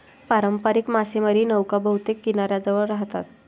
पारंपारिक मासेमारी नौका बहुतेक किनाऱ्याजवळ राहतात